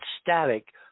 static